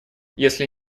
если